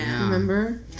remember